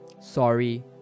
Sorry